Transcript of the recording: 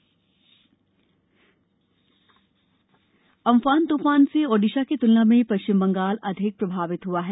तूफान अम्फन त्फान से ओडिशा की त्लना में पश्चिम बंगाल अधिक प्रभावित हुआ है